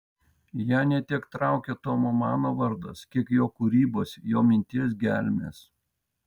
ją ne tiek traukia tomo mano vardas kiek jo kūrybos jo minties gelmės